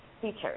features